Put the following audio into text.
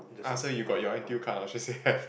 ask her you got your N_T_U card she say ahve